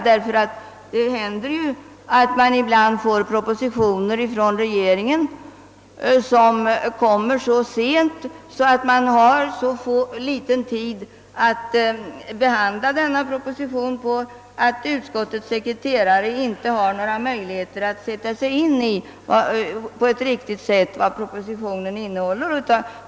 Det händer ju, att propositioner från regeringen kommer så sent och att man har så kort tid på sig att behandla dem att utskottets sekreterare inte har några möjligheter att på ett riktigt sätt sätta sig in i vad en proposition innehåller.